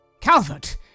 Calvert